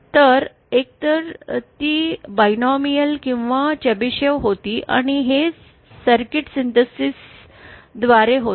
तर एकतर ती द्विपदी किंवा चेबेशिव्ह होती आणि हे सर्किट विश्लेषणाद्वारे होते